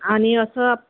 आणि असं